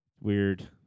Weird